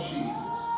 Jesus